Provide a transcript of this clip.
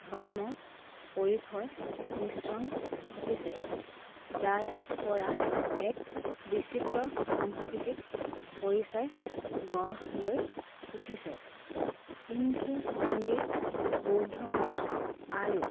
ধৰ্মৰ পৰিসৰ মিশ্ৰণ ঘটিছে যাৰ পৰা এক বিস্তৃত সাংস্কৃতিক পৰিচয় গঢ় লৈ উঠিছে হিন্দু মন্দিৰ বৌদ্ধ আৰু